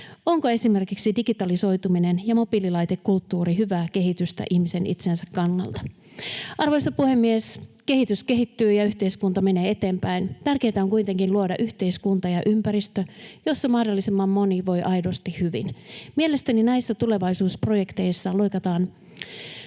Onko esimerkiksi digitalisoituminen ja mobiililaitekulttuuri hyvää kehitystä ihmisen itsensä kannalta? Arvoisa puhemies! Kehitys kehittyy ja yhteiskunta menee eteenpäin. Tärkeintä on kuitenkin luoda yhteiskunta ja ympäristö, jossa mahdollisimman moni voi aidosti hyvin. Mielestäni näissä tulevaisuusprojekteissa loikataan